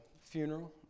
funeral